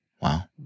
Wow